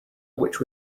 which